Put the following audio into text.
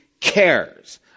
cares